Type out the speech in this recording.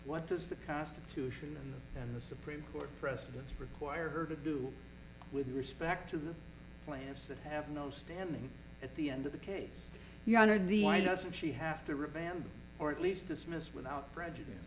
what does the constitution and the supreme court precedents require her to do with respect to the lamps that have no standing at the end of the case your honor the why doesn't she have to revamp or at least dismissed without prejudice